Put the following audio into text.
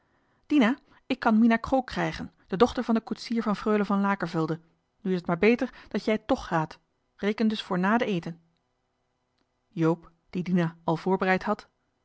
dina ik kan mina krook krijgen de dochter van de koetsier van freule van lakervelde nu is t maar beter dat jij toch gaat reken dus voor na den eten joop dien dina al voorbereid had